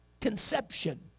conception